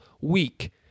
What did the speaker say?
week